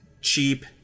cheap